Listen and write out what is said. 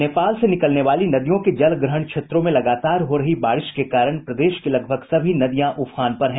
नेपाल से निकलने वाली नदियों के जलग्रहण क्षेत्रों में लगातार हो रही बारिश के कारण प्रदेश की लगभग सभी नदियां उफान पर हैं